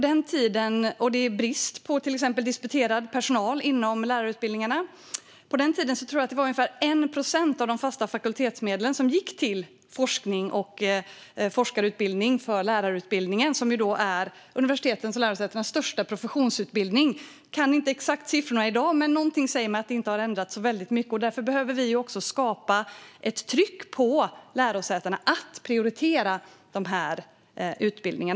Det råder brist på disputerad personal inom lärarutbildningarna. På den tiden tror jag att det var ungefär 1 procent av de fasta fakultetsmedlen som gick till forskning och forskarutbildning för lärarutbildningen, som är universitetens och lärosätenas största professionsutbildning. Jag kan inte de exakta siffrorna i dag, men något säger mig att det inte har ändrats så väldigt mycket. Därför behöver vi skapa ett tryck på lärosätena att prioritera dessa utbildningar.